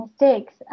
mistakes